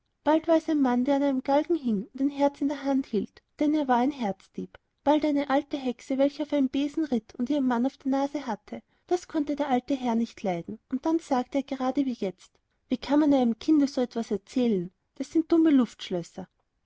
bald war es ein mann der an einem galgen hing und ein herz in der hand hielt denn er war ein herzendieb bald eine alte hexe welche auf einem besen ritt und ihren mann auf der nase hatte das konnte der alte herr nicht leiden und dann sagte er gerade wie jetzt wie kann man einem kinde so etwas erzählen das sind dumme luftschlösser